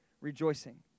rejoicing